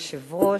אדוני היושב-ראש,